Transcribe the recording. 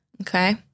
Okay